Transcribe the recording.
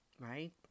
right